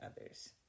others